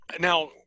Now